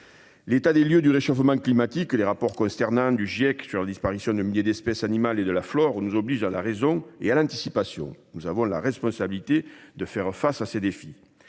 L'état des lieux du réchauffement climatique et les rapports consternants du Giec sur la disparition de milliers d'espèces animales et végétales nous obligent à faire preuve de raison et d'anticipation. Nous avons la responsabilité de faire face à ces défis.